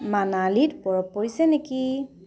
মানালিত বৰফ পৰিছে নেকি